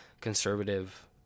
conservative